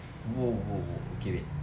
!whoa! !whoa! !whoa! okay wait